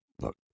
look